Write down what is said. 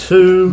Two